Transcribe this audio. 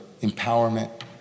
empowerment